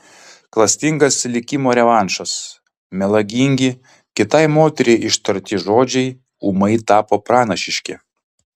klastingas likimo revanšas melagingi kitai moteriai ištarti žodžiai ūmai tapo pranašiški